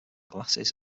glasses